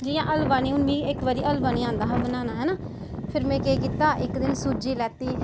जियां हल्वा नी हुन मिगी इक बारी हल्वा नी आंदा हा बनाना हैना फिर में केह् कीता एक्क बारी सूजी लैती